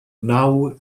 naw